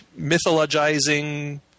mythologizing